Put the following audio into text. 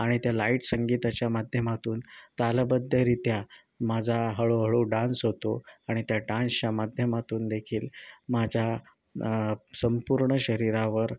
आणि त्या लाईट संगीताच्या माध्यमातून तालबद्धरित्या माझा हळूहळू डान्स होतो आणि त्या डान्सच्या माध्यमातून देखील माझ्या संपूर्ण शरीरावर